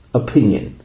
opinion